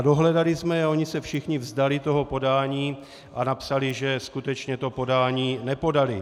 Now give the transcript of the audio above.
Dohledali jsme je a oni se všichni vzdali toho podání a napsali, že skutečně to podání nepodali.